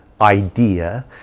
idea